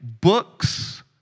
books